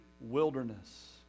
wilderness